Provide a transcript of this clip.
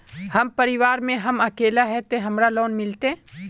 हम परिवार में हम अकेले है ते हमरा लोन मिलते?